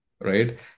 right